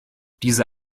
diese